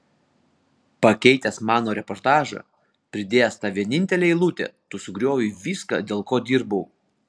pakeitęs mano reportažą pridėjęs tą vienintelę eilutę tu sugriovei viską dėl ko dirbau